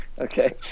okay